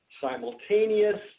simultaneous